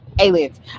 Aliens